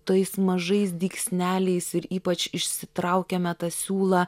tais mažais dygsneliais ir ypač išsitraukiame tą siūlą